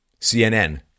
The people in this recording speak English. CNN